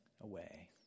away